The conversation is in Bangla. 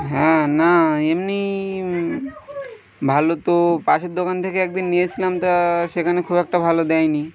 হ্যাঁ না এমনি ভালো তো পাশের দোকান থেকে একদিন নিয়েছিলাম তা সেখানে খুব একটা ভালো দেয় নি